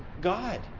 God